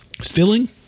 Stealing